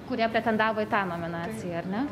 kurie pretendavo į tą nominaciją ar ne